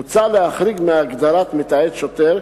מוצע להחריג מהגדרת מתעד שוטר,